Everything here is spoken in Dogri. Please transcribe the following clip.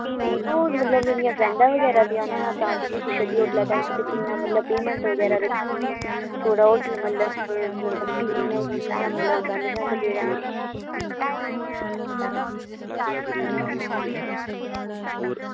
नेईं नेईं होर मतलब मेरियां फ्रैंडां बगैरा ब्याह्ना हा तां तुगी पुच्छा दी ओल्लै तुसें ताईं किन्ना मतलब पेमेंट बगैरा रक्खी दी थुआढ़े होटल मतलब मतलब क्लीन ऐ कि मतलब इ'यां गंद शंद पेदा जां